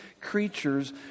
creatures